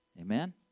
Amen